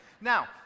Now